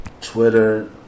Twitter